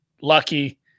Lucky